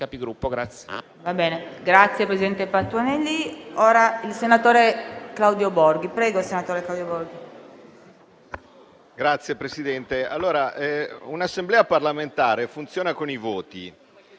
Signor Presidente, un'Assemblea parlamentare funziona con i voti.